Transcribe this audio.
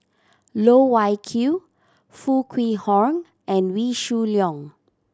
Loh Wai Kiew Foo Kwee Horng and Wee Shoo Leong